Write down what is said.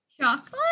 Chocolate